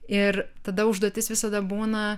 ir tada užduotis visada būna